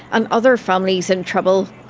and other families in trouble.